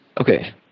Okay